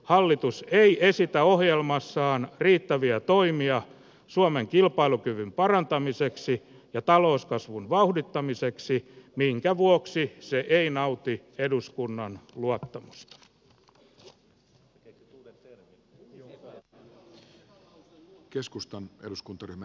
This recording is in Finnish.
hallitus ei esitä ohjelmassaan riittäviä toimia suomen kilpailukyvyn parantamiseksi ja talouskasvun vauhdittamiseksi minkä vuoksi se ei nauti eduskunnan luottamusta